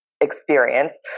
experience